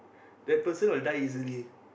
that person will die easily